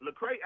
LeCrae